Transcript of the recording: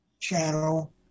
Channel